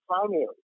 primary